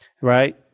right